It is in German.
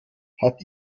hat